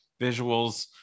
visuals